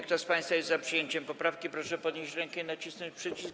Kto z państwa jest za przyjęciem poprawki, proszę podnieść rękę i nacisnąć przycisk.